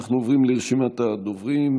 אנחנו עוברים לרשימת הדוברים.